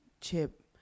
chip